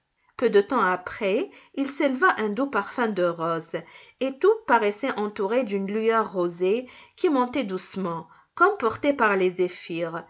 peu de temps après il s'éleva un doux parfum de roses et tout paraissait entouré d'une lueur rosée qui montait doucement comme portée par les zéphyrs